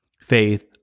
Faith